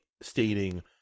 stating